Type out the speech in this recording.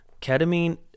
Ketamine